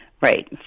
Right